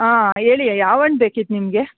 ಹಾಂ ಹೇಳಿ ಯಾವ ಹಣ್ ಬೇಕಿತ್ತು ನಿಮಗೆ